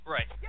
Right